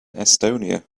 estonia